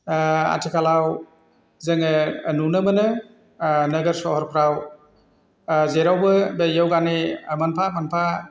आथिखालाव जोङो नुनो मोनो नोगोर सहरफ्राव जेरावबो बे योगानि मोनफा मोनफा